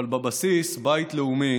אבל בבסיס בית לאומי